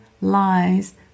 lies